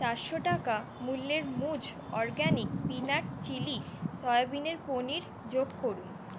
চারশো টাকা মূল্যের মুজ অরগ্যানিক পিনাট চিলি সয়াবিনের পনির যোগ করুন